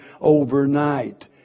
overnight